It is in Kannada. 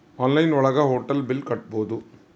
ಆನ್ಲೈನ್ ಒಳಗ ಹೋಟೆಲ್ ಬಿಲ್ ಕಟ್ಬೋದು